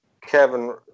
Kevin